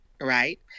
right